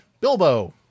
Bilbo